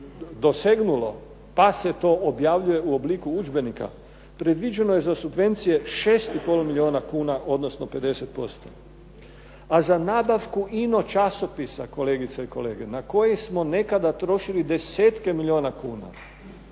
pa se to objavljuje u obliku udžbenika predviđeno je za subvencije šest i pol milijuna kuna, odnosno 50%, a za nabavku ino časopisa kolegice i kolege na koje smo nekada trošili desetke milijuna kuna